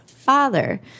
father